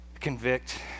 convict